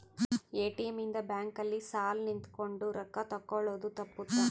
ATM ಇಂದ bank ಅಲ್ಲಿ ಸಾಲ್ ನಿಂತ್ಕೊಂಡ್ ರೊಕ್ಕ ತೆಕ್ಕೊಳೊದು ತಪ್ಪುತ್ತ